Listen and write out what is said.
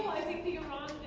i think the iran